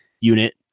unit